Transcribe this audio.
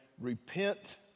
Repent